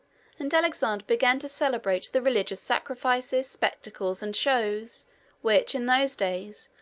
and alexander began to celebrate the religious sacrifices, spectacles, and shows which, in those days,